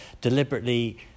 deliberately